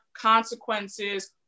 consequences